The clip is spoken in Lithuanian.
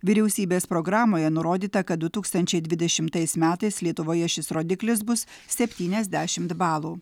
vyriausybės programoje nurodyta kad du tūkstančiai dvidešimtais metais lietuvoje šis rodiklis bus septyniasdešimt balų